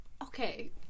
Okay